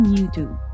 YouTube